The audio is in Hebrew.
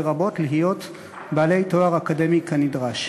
לרבות להיות בעלי תואר אקדמי כנדרש.